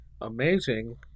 amazing